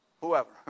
whoever